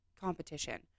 competition